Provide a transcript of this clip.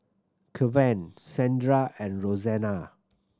Kevan Sandra and Roseanna